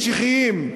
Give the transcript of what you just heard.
משיחיים,